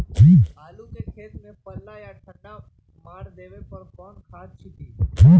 आलू के खेत में पल्ला या ठंडा मार देवे पर कौन खाद छींटी?